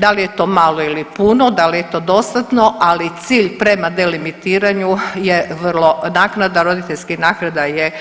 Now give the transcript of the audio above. Da li je to malo ili puno, da li je to dostatno, ali cilj prema delimitiranju je vrlo, naknada roditeljskih naknada je